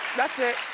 that's it.